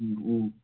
ꯎꯝ ꯎꯝ